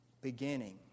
beginning